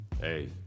Hey